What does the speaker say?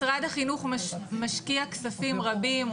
משרד החינוך משקיע כספים רבים,